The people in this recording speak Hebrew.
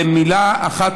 במילה אחת,